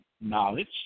knowledge